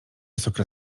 sokra